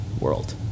world